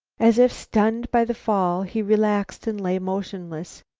as if stunned by the fall, he relaxed and lay motionless.